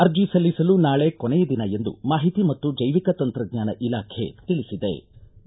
ಅರ್ಜಿ ಸಲ್ಲಿಸಲು ನಾಳೆ ಕೊನೆಯ ದಿನ ಎಂದು ಮಾಹಿತಿ ಮತ್ತು ಜೈವಿಕ ತಂತ್ರಜ್ಞಾನ ಇಲಾಖೆ ತಿಳುದೆ